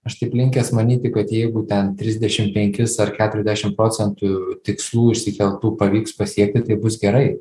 aš taip linkęs manyti kad jeigu ten trisdešim penkis ar keturiasdešim procentų tikslų išsikeltų pavyks pasiekti tai bus gerai